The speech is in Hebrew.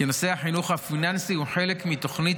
כי נושא החינוך הפיננסי הוא חלק מתוכנית